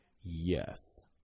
Yes